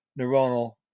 neuronal